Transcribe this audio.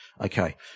Okay